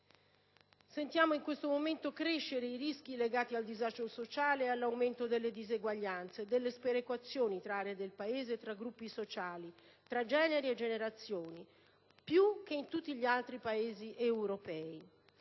reale. In questo momento, sentiamo crescere i rischi legati al disagio sociale e all'aumento delle disuguaglianze, delle sperequazioni tra aree del Paese e tra gruppi sociali, tra generi e generazioni, più che in tutti gli altri Paesi europei.